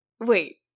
wait